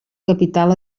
capital